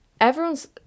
everyone's